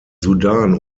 sudan